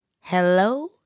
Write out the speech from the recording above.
hello